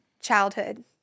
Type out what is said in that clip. childhood